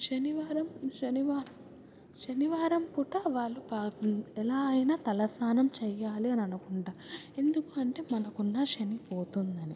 శనివారం శనివారం శనివారం పూట వాళ్ళు ఎలా అయినా తలస్నానం చెయ్యాలి అని అనుకుంటారు ఎందుకు అంటే మనకున్న శని పోతుందని